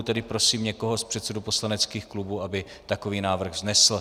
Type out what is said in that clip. Tedy prosím někoho z předsedů poslaneckých klubů, aby takový návrh vznesl.